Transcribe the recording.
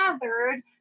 gathered